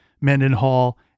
Mendenhall